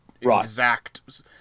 exact